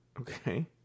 okay